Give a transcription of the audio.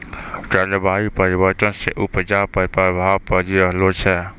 जलवायु परिवर्तन से उपजा पर प्रभाव पड़ी रहलो छै